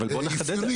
אבל בוא נחדד.